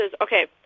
Okay